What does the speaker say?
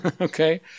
Okay